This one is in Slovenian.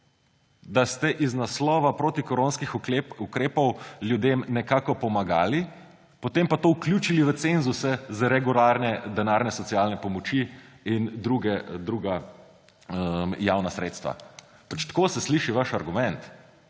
Da ste iz naslova protikoronskih ukrepov ljudem nekako pomagali, potem pa to vključili v cenzuse za regularne denarne socialne pomoči in druga javna sredstva. Tako se sliši vaš argument.